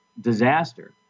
disaster